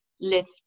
lift